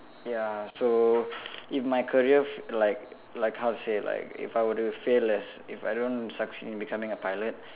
ya so if my career f~ like like how to say like if I were to fail as if I don't succeed in becoming a pilot